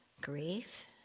Grief